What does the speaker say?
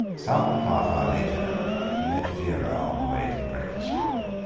some half-hour later he met vera on the way to the breakfast-room.